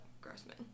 Grossman